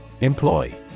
Employ